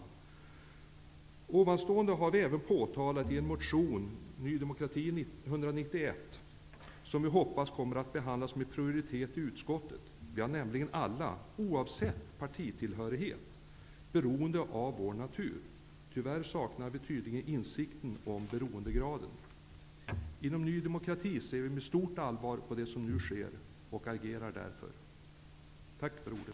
Det jag nu framfört har vi även påtalat i en motion som vi hoppas kommer att behandlas med prioritet i utskottet. Vi är nämligen alla, oavsett partitillhörighet, beroende av vår natur. Tyvärr saknar vi tydligen insikten om beroendegraden. Inom Ny demokrati ser vi med stort allvar på det som nu sker och agerar därför. Tack för ordet!